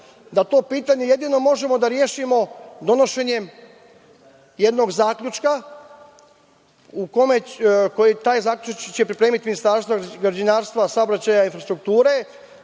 da to pitanje jedino možemo da rešimo donošenjem jednog zaključka. Taj zaključak će pripremiti Ministarstvo građevinarstva, saobraćaja i infrastrukture.